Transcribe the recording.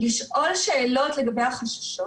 לשאול שאלות לגבי החששות.